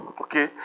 Okay